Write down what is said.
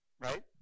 Right